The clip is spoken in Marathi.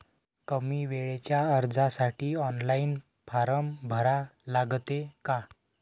कमी वेळेच्या कर्जासाठी ऑनलाईन फारम भरा लागते का?